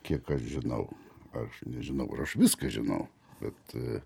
kiek aš žinau aš nežinau ar aš viską žinau bet